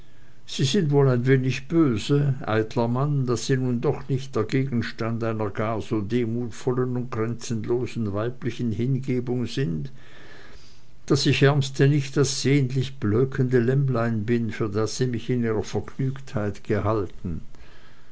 sie sind wohl ein wenig böse eitler mann daß sie nun doch nicht der gegenstand einer gar so demutvollen und grenzenlosen weiblichen hingebung sind daß ich ärmste nicht das sehnlich blökende lämmlein bin für das sie mich in ihrer vergnügtheit gehalten